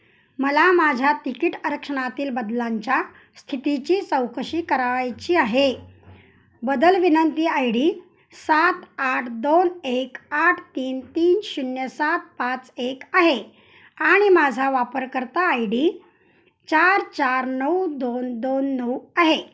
मला माझ्या तिकीट आरक्षणातील बदलांच्या स्थितीची चौकशी करावयाची आहे बदल विनंती आय डी सात आठ दोन एक आठ तीन तीन शून्य सात पाच एक आहे आणि माझा वापरकर्ता आय डी चार चार नऊ दोन दोन नऊ आहे